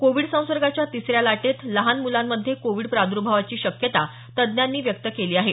Covid संसर्गाच्या तिसऱ्या लाटेत लहान मुलांमध्ये कोविड प्रादर्भावाची शक्यता तज्ज्ञांनी व्यक्त केली आहे